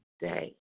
day